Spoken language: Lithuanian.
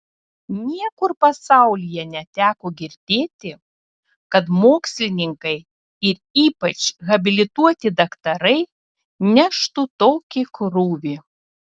niekur pasaulyje neteko girdėti kad mokslininkai ir ypač habilituoti daktarai neštų tokį krūvį